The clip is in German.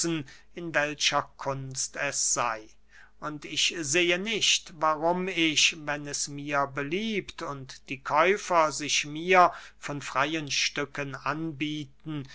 in welcher kunst es sey und ich sehe nicht warum ich wenn es mir beliebt und die käufer sich mir von freyen stücken anbieten